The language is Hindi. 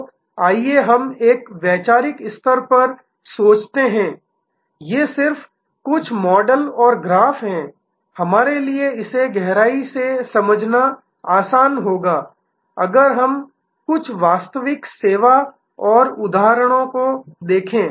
तो आइए हम एक वैचारिक स्तर पर सोचते हैं ये सिर्फ कुछ मॉडल और ग्राफ़ हैं हमारे लिए इसे गहराई से समझना आसान होगा अगर हम कुछ वास्तविक सेवा और उदाहरणों को देखें